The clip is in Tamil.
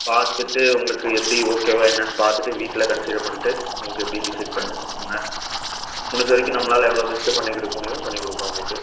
பார்த்துட்டு உங்களுக்கு எப்படி ஓகேவா என்னன்னு பார்த்துட்டு வீட்டில் கன்சிடர் பண்ணிட்டு உனக்கு எப்படின்னு டிசைட் பண்ணிட்டு சொல்லுங்கள் முடிஞ்ச வரைக்கும் நம்மளால் எவ்வளோ பெஸ்ட்டு பண்ணிக் கொடுக்க முடியுமோ பண்ணிக் கொடுக்கறோம் உங்களுக்கு